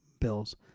bills